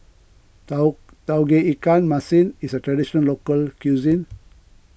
Tauge Ikan Masin is a Traditional Local Cuisine